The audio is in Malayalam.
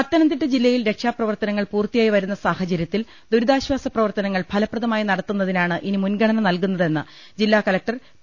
പത്തനംതിട്ട ജില്ലയിൽ രക്ഷാപ്രവർത്തനങ്ങൾ പൂർത്തിയായി വരുന്ന സാഹചര്യത്തിൽ ദുരിതാശ്വാസ പ്രവർത്തനങ്ങൾ ഫലപ്ര ദമായി നടത്തുന്നതിനാണ് ഇനി മുൻഗണന നൽകുന്നതെന്ന് ജില്ലാ കലക്ടർ പി